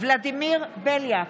ולדימיר בליאק,